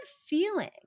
feeling